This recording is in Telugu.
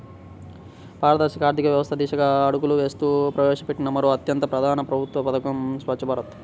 పారదర్శక ఆర్థిక వ్యవస్థ దిశగా అడుగులు వేస్తూ ప్రవేశపెట్టిన మరో అత్యంత ప్రధాన ప్రభుత్వ పథకం స్వఛ్చ భారత్